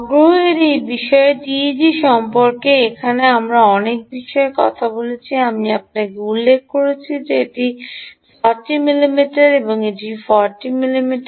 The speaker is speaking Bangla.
আগ্রহের এই বিশেষ টিইজি সম্পর্কে এখানে আমরা আমরা যে বিষয়ে কথা বলছি আমি আপনাকে উল্লেখ করেছি যে এটি 40 মিমি এবং এটিও 40 মিমি